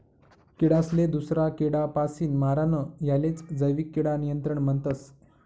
किडासले दूसरा किडापासीन मारानं यालेच जैविक किडा नियंत्रण म्हणतस